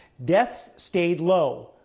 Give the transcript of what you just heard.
deaths stayed low,